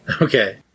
Okay